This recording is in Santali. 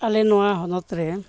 ᱟᱞᱮ ᱱᱚᱣᱟ ᱦᱚᱱᱚᱛ ᱨᱮ